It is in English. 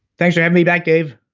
thanks for having me back dave.